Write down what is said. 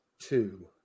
Two